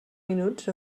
minuts